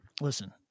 Listen